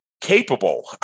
capable